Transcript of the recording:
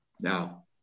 now